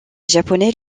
japonais